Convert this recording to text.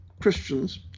Christians